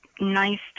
nice